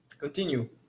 Continue